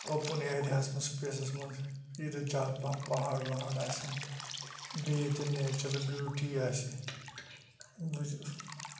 open ایریاہَس مَنٛزسپیسَس مَنٛز ییٚتیٚتھ زیادٕ پَہَن پَہاڑ وَہاڑ آسَن بیٚیہِ ییٚتٮ۪ن نیچرَل بیوٗٹِی آسہِ